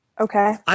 Okay